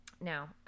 now